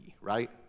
right